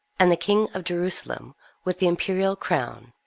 and the king of jerusalem with the imperial crown,